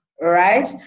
Right